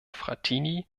frattini